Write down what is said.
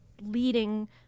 leading